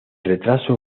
retraso